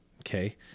Okay